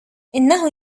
إنه